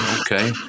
okay